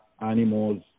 animals